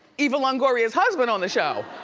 eva longoria's husband on the show.